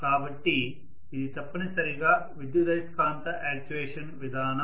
కాబట్టి ఇది తప్పనిసరిగా విద్యుదయస్కాంత యాక్చుయేషన్ విధానం